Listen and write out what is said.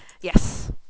Yes